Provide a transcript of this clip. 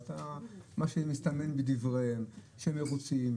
מה שמסתמן מדבריהם שהם מרוצים,